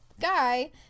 guy